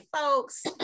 folks